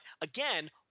again